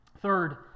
Third